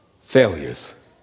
failures